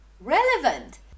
relevant